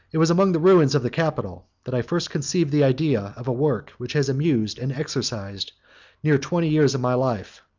it was among the ruins of the capitol that i first conceived the idea of a work which has amused and exercised near twenty years of my life,